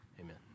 amen